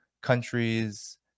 countries